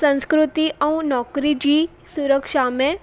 संस्कृति ऐं नौकिरी जी सुरक्षा में